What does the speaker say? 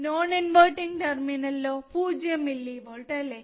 non ഇൻവെർട്ടിങ്ലോ 0 millivolt അല്ലെ